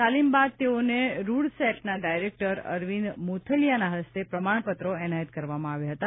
તાલિમ બાદ તેઓને ઋડ સેટના ડાયરેક્ટર અરવિંદ મોથલિયાના હસ્તે પ્રમાણપત્રો એનાયત કરવામાં આવ્યા હતા